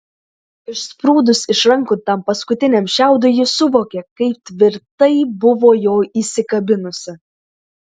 išsprūdus iš rankų tam paskutiniam šiaudui ji suvokė kaip tvirtai buvo jo įsikabinusi